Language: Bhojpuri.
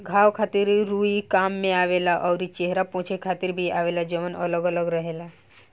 घाव खातिर रुई काम में आवेला अउरी चेहरा पोछे खातिर भी आवेला जवन अलग अलग रहेला